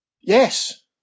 Yes